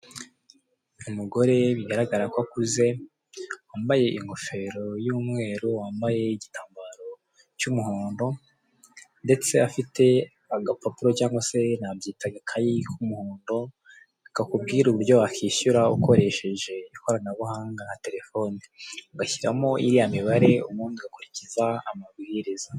Umugore bigaragara ko akuze wambaye ingofero y'umweru, wambaye igitambaro cy'umuhondo, ndetse afite agapapuro cyangwa se nabyita agakayi k'umuhondo kakubwira uburyo wakwishyura ukoresheje ikoranabuhanga nka telefoni ugashyiramo iriya mibare ubundi ugakurikiza amabwiriza.